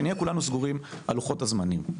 שנהיה כולנו סגורים על לוחות הזנים.